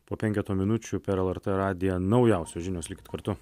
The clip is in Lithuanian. po penketo minučių per lrt radiją naujausios žinios likti kartu